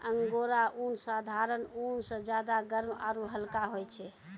angora ऊन साधारण ऊन स ज्यादा गर्म आरू हल्का होय छै